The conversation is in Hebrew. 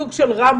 סוג של רמבואים,